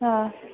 हा